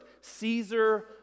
Caesar